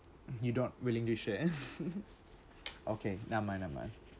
you not willing to share okay never mind never mind